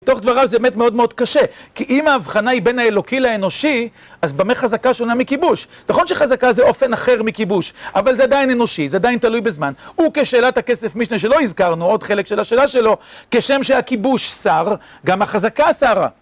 מתוך דבריו, זה באמת מאוד מאוד קשה. כי אם ההבחנה היא בין האלוקי לאנושי, אז במה חזקה שונה מכיבוש? נכון שחזקה זה אופן אחר מכיבוש, אבל זה עדיין אנושי, זה עדיין תלוי בזמן. וכשאלת הכסף, מישנה שלא הזכרנו, עוד חלק של השאלה שלו, כשם שהכיבוש שר, גם החזקה שרה.